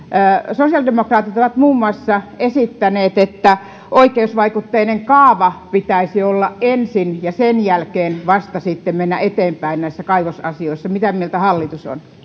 sosiaalidemokraatit ovat muun muassa esittäneet että oikeusvaikutteinen kaava pitäisi olla ensin ja sen jälkeen vasta pitäisi mennä eteenpäin näissä kaivosasioissa mitä mieltä hallitus on